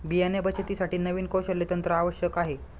बियाणे बचतीसाठी नवीन कौशल्य तंत्र आवश्यक आहे